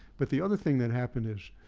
but the other thing that happened is,